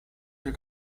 der